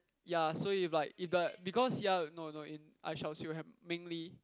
ya so if like in the because ya no no in I-shall-seal-the-heaven Meng-Lee